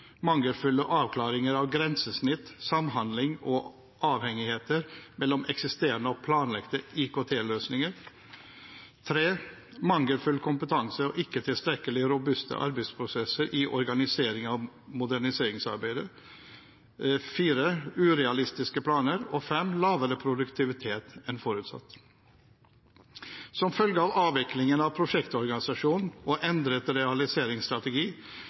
mangelfulle avklaringer av grensesnitt, samhandling og avhengigheter mellom eksisterende og planlagte IKT-løsninger mangelfull kompetanse og ikke tilstrekkelig robuste arbeidsprosesser i organiseringen av moderniseringsarbeidet urealistiske planer lavere produktivitet enn forutsatt Som følge av avvikling av prosjektorganisasjonen og endret realiseringsstrategi